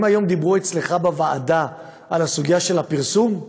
הם היום דיברו אצלך בוועדה על הסוגיה של הפרסום?